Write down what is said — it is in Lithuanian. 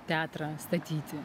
teatrą statyti